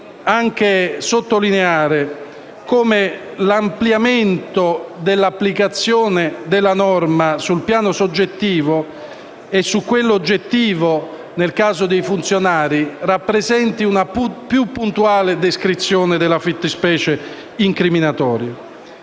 anche sottolineare che l'ampliamento dell'applicazione della norma sul piano soggettivo e su quello oggettivo nel caso dei funzionari rappresenta una più puntuale descrizione della fattispecie incriminatoria.